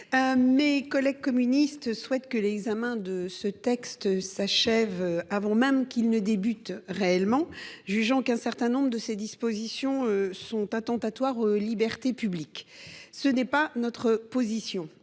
Nos collègues communistes souhaitent que l'examen de ce texte s'achève avant même d'avoir réellement débuté, jugeant qu'un certain nombre de ses dispositions sont attentatoires aux libertés publiques. Telle n'est pas la position